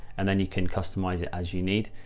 and then you can customize it as you need.